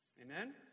Amen